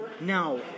Now